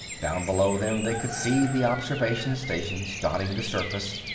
down below them they could see the observation stations dotting the surface,